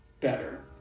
better